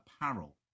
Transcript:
apparel